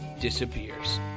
disappears